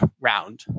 round